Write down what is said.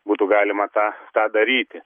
būtų galima tą tą daryti